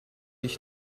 ich